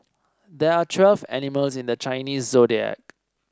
there are twelve animals in the Chinese Zodiac